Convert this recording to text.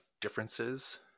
differences